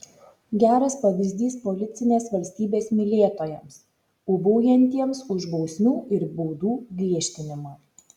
geras pavyzdys policinės valstybės mylėtojams ūbaujantiems už bausmių ir baudų griežtinimą